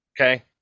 okay